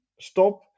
stop